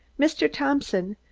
mr. thompson,